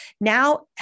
Now